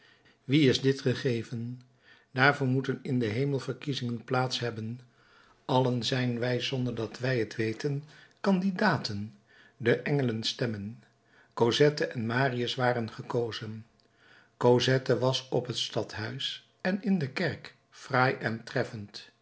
wien is dit gegeven daarvoor moeten in den hemel verkiezingen plaats hebben allen zijn wij zonder dat wij het weten candidaten de engelen stemmen cosette en marius waren gekozen cosette was op het stadhuis en in de kerk fraai en treffend